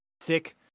sick